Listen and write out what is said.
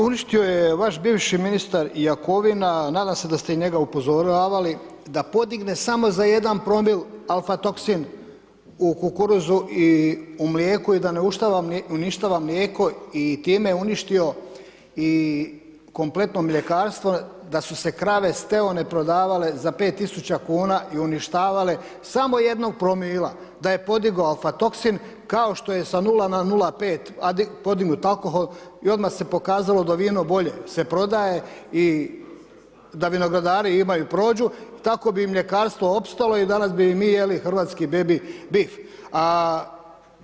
Uništio je vaš bivši ministar Jakovina, nadam se da ste i njega upozoravali da podigne samo za 1 promil alfatoksin u kukuruzu i u mlijeku, i da ne uništava mlijeko, i time je uništio, i kompletno mljekarstvo, da su se krave steone prodavale za 5000 kuna i uništavale, samo 1-og promila da je podigao alfatoksin, kao što je sa 0 na 0,5 podignut alkohol i odmah se pokazalo da vino bolje se prodaje i da vinogradari imaju prođu, tako bi i mljekarstvo opstalo, i danas bi mi jeli hrvatski baby beef.